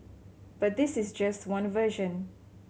but this is just one version